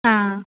ஆ